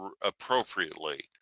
appropriately